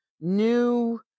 new